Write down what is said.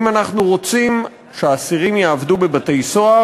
אם אנחנו רוצים שאסירים יעבדו בבתי-סוהר